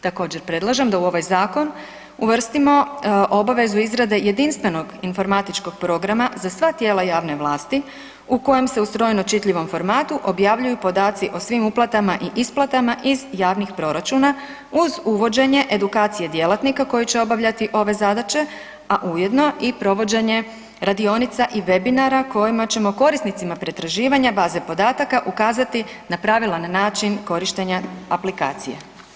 Također, predlažem da u ovaj zakon uvrstimo obavezu izrade jedinstvenog informatičkog programa za sva tijela javne vlasti u kojem se u ustrojeno čitljivom formatu objavljuju podaci o svim uplatama i isplatama iz javnih proračuna uz uvođenje edukacije djelatnika koji će obavljati ove zadaće, a ujedno i provođenje radionica i webinara kojima ćemo korisnicima pretraživanja baze podataka ukazati na pravilan način korištenja aplikacije.